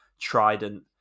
trident